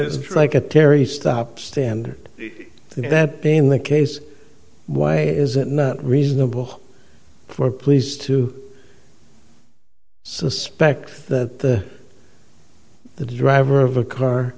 it's like a terry stop stand and that being the case why is it not reasonable for police to suspect that the driver of a car